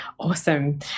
Awesome